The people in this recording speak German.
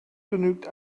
genügt